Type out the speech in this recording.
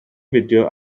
fideo